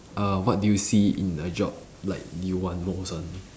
uh what do you see in the job like you want most one